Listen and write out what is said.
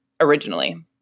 originally